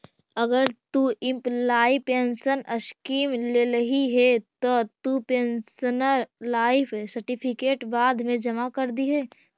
अगर तु employee pension scheme लेल्ही हे त तु पेंशनर लाइफ सर्टिफिकेट बाद मे जमा कर दिहें